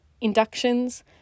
inductions